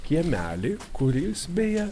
kiemelį kuris beje